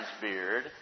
beard